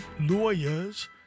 lawyers